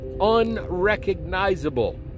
unrecognizable